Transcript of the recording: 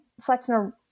Flexner